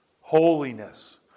Holiness